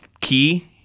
key